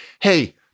hey